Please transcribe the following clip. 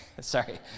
Sorry